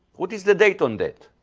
what is the date on it?